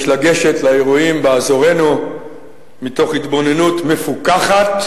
יש לגשת לאירועים באזורנו מתוך התבוננות מפוכחת,